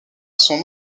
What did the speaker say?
sont